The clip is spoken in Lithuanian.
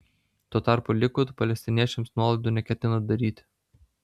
tuo tarpu likud palestiniečiams nuolaidų neketina daryti